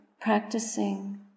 practicing